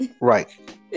Right